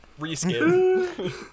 reskin